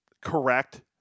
correct